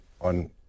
On